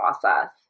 process